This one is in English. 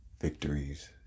victories